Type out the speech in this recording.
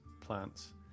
plants